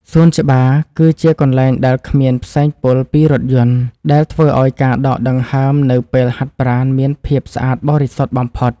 សួនច្បារ គឺជាកន្លែងដែលគ្មានផ្សែងពុលពីរថយន្តដែលធ្វើឱ្យការដកដង្ហើមនៅពេលហាត់ប្រាណមានភាពស្អាតបរិសុទ្ធបំផុត។